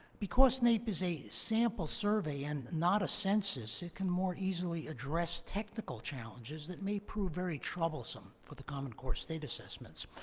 because naep is a sample survey and not a census, it can more easily address technical challenges that may prove very troublesome for the common core state assessments.